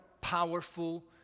powerful